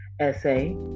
Essay